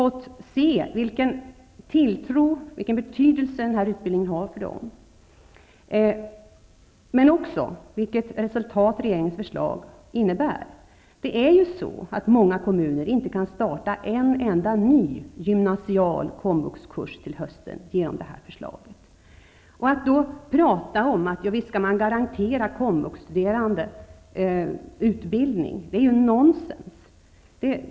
Jag har fått se vilken betydelse den här utbildningen har för dem, men också vilket resultat regeringens förslag leder till. Många kommuner kan på grund av detta förslag inte starta en enda ny gymnasial komvuxutbildningskurs till hösten. Att då tala om att man kan garantera komvuxstuderande utbildning är nonsens.